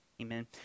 Amen